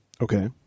Okay